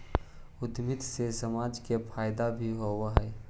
उद्यमिता से समाज के फायदा भी होवऽ हई